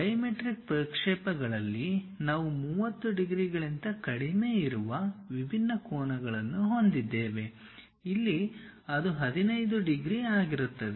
dimetric ಪ್ರಕ್ಷೇಪಗಳಲ್ಲಿ ನಾವು 30 ಡಿಗ್ರಿಗಳಿಗಿಂತ ಕಡಿಮೆ ಇರುವ ವಿಭಿನ್ನ ಕೋನಗಳನ್ನು ಹೊಂದಿದ್ದೇವೆ ಇಲ್ಲಿ ಅದು 15 ಡಿಗ್ರಿ ಆಗಿರುತ್ತದೆ